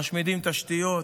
משמידים תשתיות,